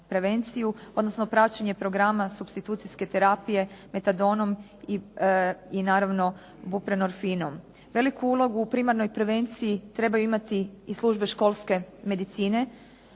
odnosno praćenje programa supstitucijske terapije metadonom i naravno buprenorfinom. Veliku ulogu u primarnoj prevenciji trebaju imati i službe školske medicine,